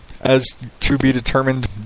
as-to-be-determined